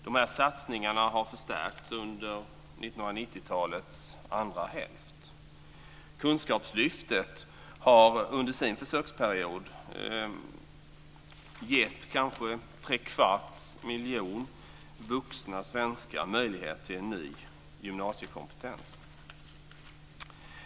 De här satsningarna har förstärkts under 1990-talets andra hälft. Kunskapslyftet har under sin försöksperiod gett kanske en trekvarts miljon svenskar möjlighet till en ny gymnasiekompetens.